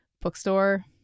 bookstore